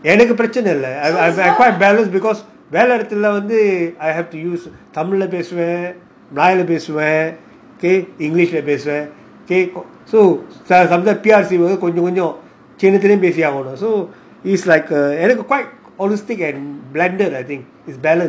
எனக்குபிரச்னைஇல்ல:enaku prachana illa quite unbalanced because வேலையிடத்துலவந்துதமிழ்லபேசுவேன்மலையாளத்துலபேசுவேன்இங்கிலீஷிலேபேசுவேன்:velayidathula vandhu tamilla pesuven malayalathula pesuven englishla pesuven so is quite holistic and blended I think is balanced